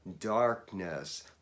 darkness